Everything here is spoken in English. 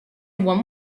one